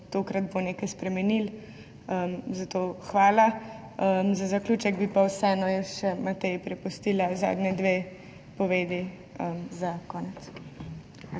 tokrat nekaj spremenilo, zato hvala. Za zaključek bi pa vseeno jaz še Mateji prepustila zadnji dve povedi. Hvala.